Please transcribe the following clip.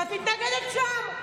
ואת מתנגדת שם.